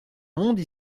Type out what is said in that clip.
monde